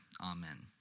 Amen